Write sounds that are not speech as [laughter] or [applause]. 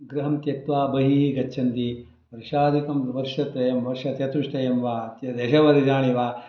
गृहं त्यक्त्वा बहिः गच्छन्ति [unintelligible] दकं वर्षत्रयं वर्षचतुष्ट्यम् वा [unintelligible] वा